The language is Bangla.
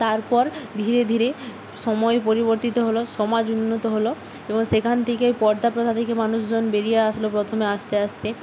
তারপর ধীরে ধীরে সময় পরিবর্তিত হল সমাজ উন্নত হল এবং সেখান থেকে পর্দা প্রথা থেকে মানুষজন বেরিয়ে আসলো প্রথমে আস্তে আস্তে